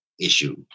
issue